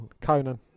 Conan